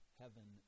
heaven